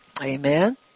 Amen